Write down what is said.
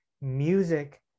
music